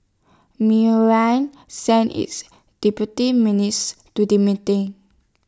sent its deputy to the meeting